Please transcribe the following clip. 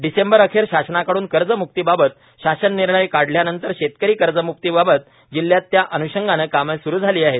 डिसेंबर अखेर शासनाकडून कर्जमुक्तीबाबत शासन निर्णय काढल्या नंतर शेतकरी कर्जमुक्तीबाबत जिल्हयात त्या अन्शंगाने कामे सूरू झाली आहेत